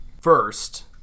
first